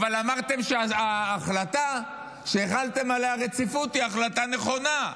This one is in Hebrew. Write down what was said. אמרתם שההחלטה שהחלתם עליה רציפות היא החלטה נכונה.